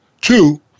Two